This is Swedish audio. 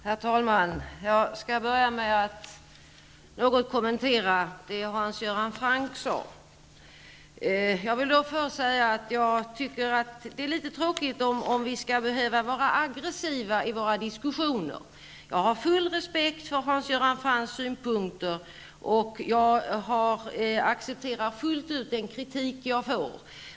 Herr talman! Jag skall börja med att något kommentera det Hans Göran Franck sade. Jag vill först säga att jag tycker att det är litet tråkigt om vi skall behöva vara aggressiva i våra diskussioner. Jag har full respekt för Hans Göran Francks synpunkter, och jag accepterar fullt ut den kritik jag får.